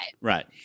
right